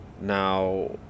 now